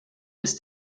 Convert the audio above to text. ist